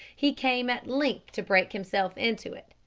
he came at length to break himself in to it,